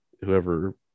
whoever